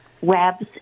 webs